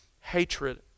hatred